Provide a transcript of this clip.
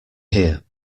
here